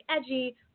edgy